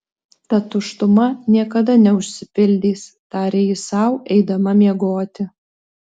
ta tuštuma niekada neužsipildys tarė ji sau eidama miegoti